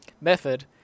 Method